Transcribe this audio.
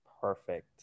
Perfect